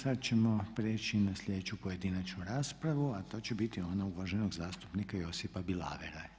Sada ćemo prijeći na sljedeću pojedinačnu raspravu a to će biti onog uvaženog zastupnika Josipa Bilavera.